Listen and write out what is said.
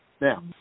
Now